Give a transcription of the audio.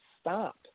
stop